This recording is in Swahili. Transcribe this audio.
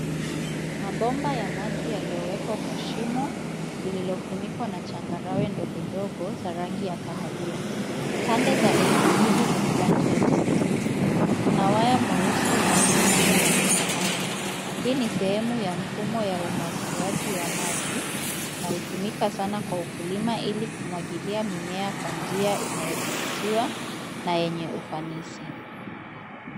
Mabomba ya maji yaliyowekwa kwa shimo lililofunikwa na changarawe ndogo ndogo za rangi ya kahawia. Pande za eneo hili zina rangi ya kijani. Kuna waya mweusi unaounganisha mabomba haya. Hii ni sehemu ya mfumo wa umwangiliaji wa maji unaotumika sana kwa ukulima ili kumwangilia mimea kwa njia inayodhibitiwa na yenye ufanisi.